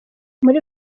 muri